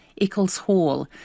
Eccles-Hall